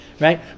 Right